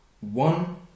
One